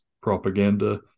propaganda